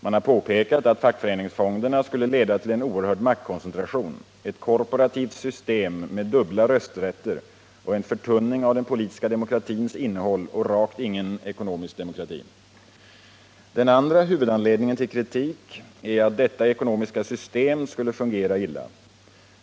Man har påpekat att fackföreningsfonderna skulle leda till en oerhörd maktkoncentration, ett korporativt system med dubbla rösträtter och en förtunning av den politiska demokratins innehåll, och rakt ingen ekonomisk demokrati. Den andra huvudanledningen till kritik är att detta ekonomiska system skulle fungera illa.